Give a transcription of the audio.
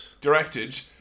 Directed